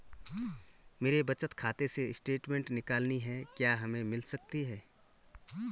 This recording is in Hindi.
मेरे बचत खाते से स्टेटमेंट निकालनी है क्या हमें मिल सकती है?